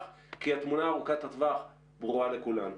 כי התמונה ארוכת הטווח ברורה לכולנו.